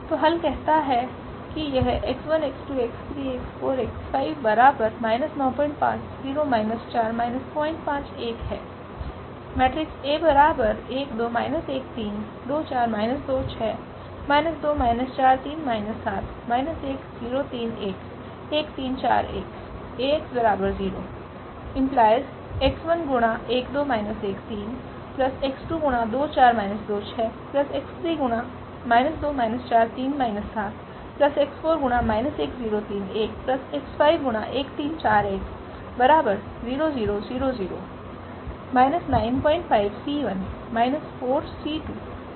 तो हल कहता है कि यह है